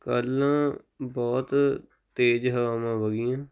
ਕੱਲ੍ਹ ਨਾ ਬਹੁਤ ਤੇਜ਼ ਹਵਾਵਾਂ ਵਗੀਆਂ